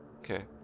Okay